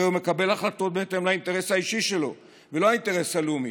הרי הוא מקבל החלטות בהתאם לאינטרס האישי שלו ולא האינטרס הלאומי.